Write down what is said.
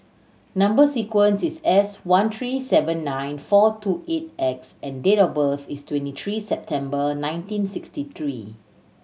number sequence is S one three seven nine four two eight X and date of birth is twenty three September nineteen sixty three